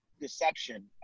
deception